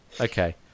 Okay